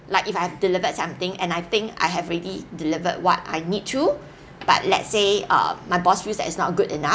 like if I've delivered something and I think I have already delivered what I need to but let's say err my boss feels that it's not good enough